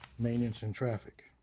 maintenance and traffic.